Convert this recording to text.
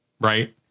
Right